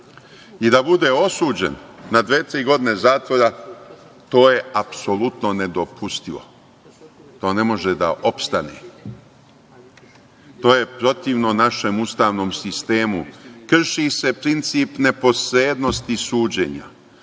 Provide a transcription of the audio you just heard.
i da bude osuđen na dve, tri godine zatvora to je apsolutno nedopustivo, to ne može da opstane, to je protivno našem ustavnom sistemu, krši se princip neposrednosti suđenja,